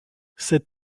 cet